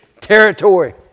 territory